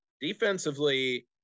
defensively